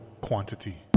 quantity